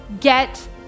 get